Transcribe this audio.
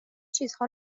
چیزها